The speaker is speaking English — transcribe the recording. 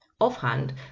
offhand